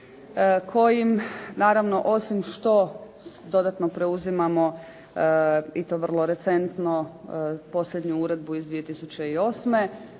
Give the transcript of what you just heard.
kojim naravno osim što dodatno preuzimamo, i to vrlo recentno, posljednju uredbu iz 2008.